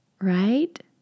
right